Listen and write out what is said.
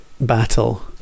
battle